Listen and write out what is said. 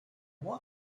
war